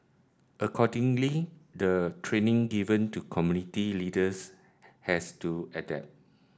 accordingly the training given to community leaders has to adapt